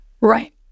Right